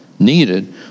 needed